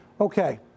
Okay